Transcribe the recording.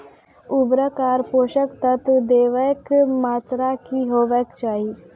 उर्वरक आर पोसक तत्व देवाक मात्राकी हेवाक चाही?